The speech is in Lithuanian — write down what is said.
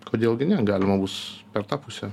kodėl gi ne galima bus per tą pusę